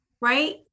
right